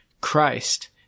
Christ